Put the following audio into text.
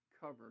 covered